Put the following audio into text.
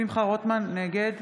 נגד